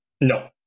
No